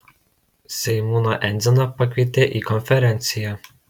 seimūną endziną pakvietė į konferenciją